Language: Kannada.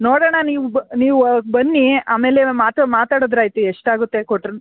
ನೋಡೋಣ ನೀವು ಬ ನೀವು ಬನ್ನಿ ಆಮೇಲೆ ಮಾತು ಮಾತಾಡಿದ್ರೆ ಆಯ್ತು ಎಷ್ಟು ಆಗುತ್ತೆ ಕೊಟ್ರೆ